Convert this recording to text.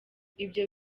ibyo